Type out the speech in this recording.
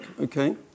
okay